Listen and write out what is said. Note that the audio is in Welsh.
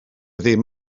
ddim